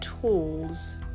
tools